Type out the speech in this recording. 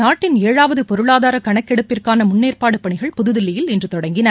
நாட்டின் ஏழாவதுபொருளாதாரகணக்கெடுப்பிற்கானமுன்னேற்பாடுபணிகள் தில்லியில் இன்றுதொடங்கின